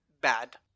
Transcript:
bad